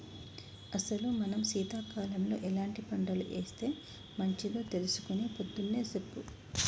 అసలు మనం సీతకాలంలో ఎలాంటి పంటలు ఏస్తే మంచిదో తెలుసుకొని పొద్దున్నే సెప్పు